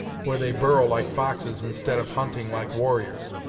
where they burrow like foxes, instead of hunting like warriors.